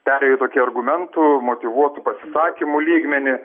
perėjo į tokį argumentų motyvuotų pasisakymų lygmenį